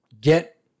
get